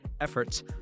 efforts